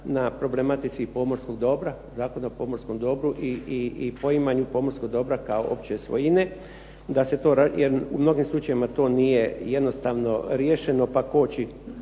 na problematici pomorskog dobra, Zakona o pomorskom dobru i poimanju pomorskog dobra kao opće svojine da se to razjasni jer u mnogim slučajevima to nije jednostavno riješeno pa koči